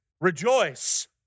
Rejoice